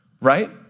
right